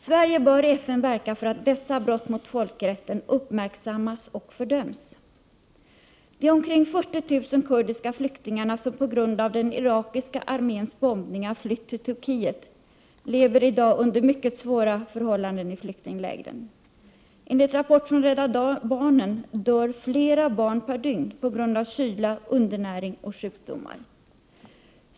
Sverige bör i FN verka för att dessa brott mot folkrätten uppmärksammas och fördöms. De omkring 40 000 kurdiska flyktingar som på grund av den irakiska arméns bombningar flytt till Turkiet lever i dag under mycket svåra förhållanden i flyktinglägren. Enligt rapporter från Rädda barnen dör flera barn per dygn på grund av kyla, undernäring och sjukdomar.